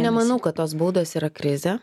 nemanau kad tos baudos yra krizė